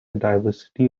diversity